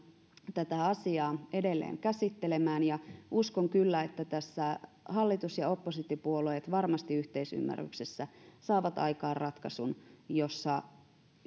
tätä asiaa edelleen käsittelemään ja uskon kyllä että tässä hallitus ja oppositiopuolueet varmasti yhteisymmärryksessä saavat aikaan ratkaisun jossa